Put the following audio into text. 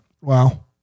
Wow